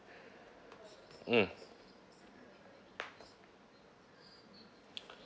mm